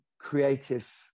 creative